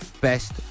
Best